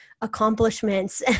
accomplishments